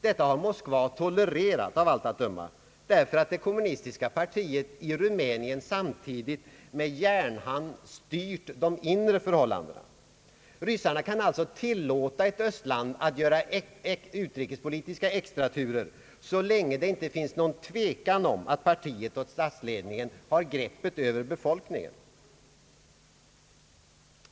Detta har Moskva tolererat, av allt att döma därför att det kommunistiska partiet i Rumänien med järnhand styrt de inre förhållandena. Ryssarna kan alltså tillåta ett östland att göra utrikespolitiska extraturer så länge det inte finns någon tvekan om att partiet och statsledningen har greppet över befolkningen.